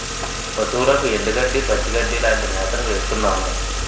పశువులకు ఎండుగడ్డి, పచ్చిగడ్డీ లాంటి మేతను వేస్తున్నాము